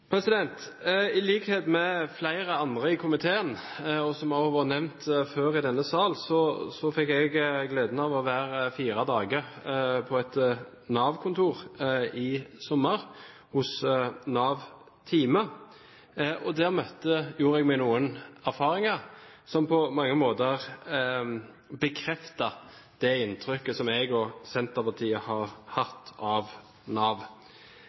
I likhet med flere andre i komiteen, og som det også har vært nevnt før i denne sal, fikk jeg i sommer gleden av å være fire dager på et Nav-kontor, hos Nav Time. Der gjorde jeg meg noen erfaringer som på mange måter bekreftet det inntrykket som Senterpartiet og jeg har hatt av Nav.